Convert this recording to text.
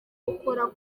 ukora